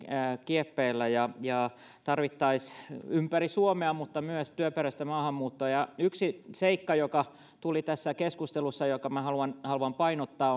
kieppeillä ja tekijöitä tarvittaisiin ympäri suomea mutta myös työperäistä maahanmuuttoa ja yksi seikka joka tuli esiin tässä keskustelussa ja ja jota minä haluan haluan painottaa